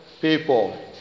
people